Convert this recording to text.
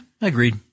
agreed